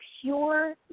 pure